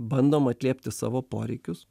bandom atliepti savo poreikius